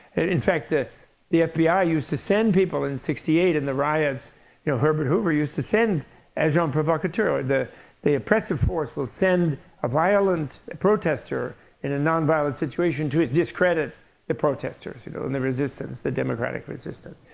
in fact, the the fbi ah used to send people, in sixty eight in the riots you know herbert hoover used to send agent yeah um provocateur, the the oppressive force, will send a violent protester in a nonviolent situation to discredit the protesters you know and the resistance, the democratic resistance.